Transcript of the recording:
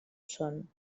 són